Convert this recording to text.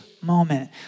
moment